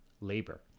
labor